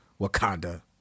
Wakanda